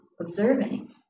observing